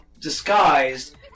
disguised